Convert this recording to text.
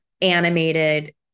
animated